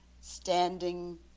Standing